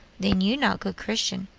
then you not good christian,